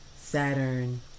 Saturn